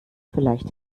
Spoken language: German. vielleicht